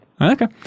Okay